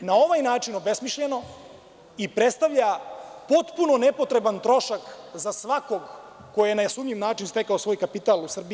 To je na ovaj način obesmišljeno i predstavlja potpuno nepotreban trošak za svakog ko je na sumnjiv način stekao svoj kapital u Srbiji.